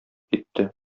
китте